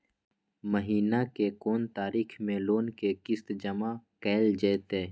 महीना के कोन तारीख मे लोन के किस्त जमा कैल जेतै?